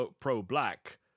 pro-black